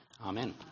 Amen